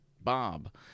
Bob